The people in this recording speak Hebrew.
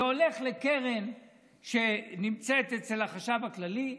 זה הולך לקרן שנמצאת אצל החשב הכללי,